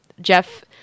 Jeff